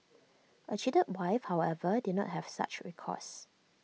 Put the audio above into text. A cheated wife however did not have such recourse